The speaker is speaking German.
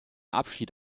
abschied